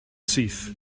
syth